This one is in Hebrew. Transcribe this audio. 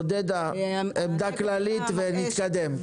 עודדה, עמדה כללית, ונתקדם.